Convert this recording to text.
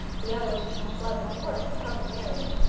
the other change was of course the coming marriage,